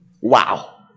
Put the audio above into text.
Wow